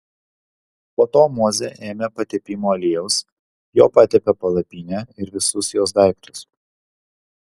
po to mozė ėmė patepimo aliejaus juo patepė palapinę ir visus jos daiktus